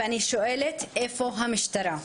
ואני שואלת: איפה המשטרה?